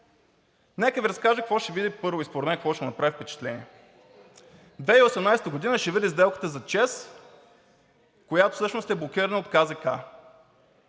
Нека Ви разкажа какво ще види първо и според мен какво ще му направи впечатление – 2018 г. ще види сделката за ЧЕЗ, която всъщност е блокирана от